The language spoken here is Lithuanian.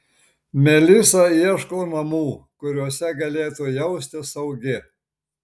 melisa ieško namų kuriuose galėtų jaustis saugi